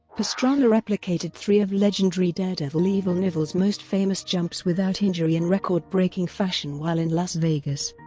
pastrana replicated three of legendary daredevil evel knievel's most famous jumps without injury in record-breaking fashion while in las vegas.